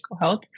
health